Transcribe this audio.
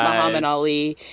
um and ali.